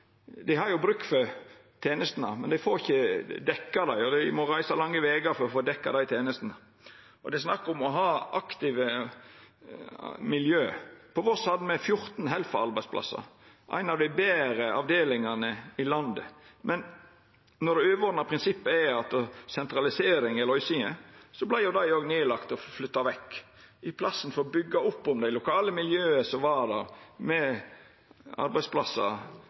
dei får ikkje dekt behovet. Dei må reisa lange vegar for å få dekt dei tenestene, og det er snakk om å ha aktive miljø. På Voss hadde me 14 Helfo-arbeidsplassar, ei av dei betre avdelingane i landet. Men når det overordna prinsippet er at sentralisering er løysinga, vart dei òg lagde ned og flytta vekk, i plassen for å byggja oppunder det lokale miljøet som var der, med